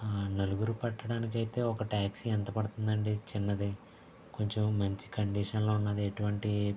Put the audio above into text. ఆ నలుగురు పట్టడానికైతే ఒక ట్యాక్సీ ఎంత పడుతుందండి చిన్నది కొంచెం మంచి కండిషన్లో ఉన్నది ఎటువంటి